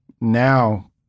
now